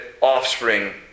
offspring